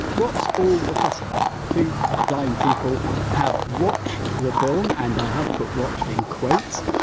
what's all the fuss about? two blind people have watched the film and i have put watched in quotes,